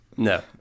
No